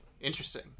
Interesting